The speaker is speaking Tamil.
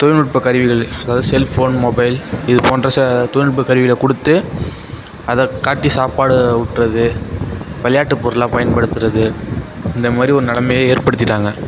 தொழில்நுட்பக் கருவிகள் அதாவது செல்ஃபோன் மொபைல் இது போன்ற தொழில்நுட்பக் கருவிகளைக் கொடுத்து அதைக் காட்டி சாப்பாடு ஊட்டுறது விளையாட்டுப் பொருளாக பயன்படுத்துகிறது இந்தமாதிரி ஒரு நிலமைய ஏற்படுத்திவிட்டாங்க